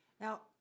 Now